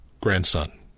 grandson